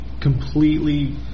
completely